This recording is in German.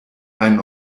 einen